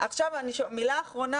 מילה אחרונה,